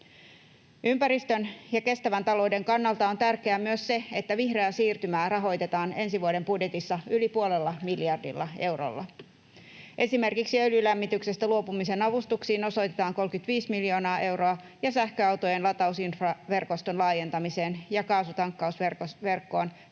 Ympäristön ja kestävän talouden kannalta on tärkeää myös se, että vihreää siirtymää rahoitetaan ensi vuoden budjetissa yli puolella miljardilla eurolla. Esimerkiksi öljylämmityksestä luopumisen avustuksiin osoitetaan 35 miljoonaa euroa ja sähköautojen latausinfraverkoston laajentamiseen ja kaasutankkausverkkoon